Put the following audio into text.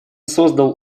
создал